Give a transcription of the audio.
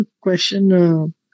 question